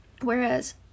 Whereas